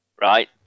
right